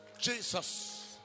Jesus